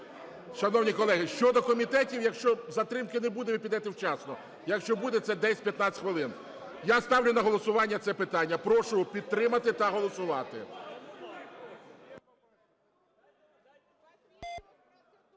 Шановні колеги, щодо комітетів, якщо затримки не буде, ви підете вчасно, якщо буде, це 10-15 хвилин. Я ставлю на голосування це питання. Прошу підтримати та голосувати.